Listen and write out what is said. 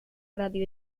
radio